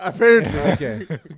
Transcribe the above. Okay